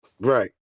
Right